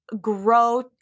grow